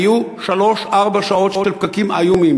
היו שלוש-ארבע שעות של פקקים איומים.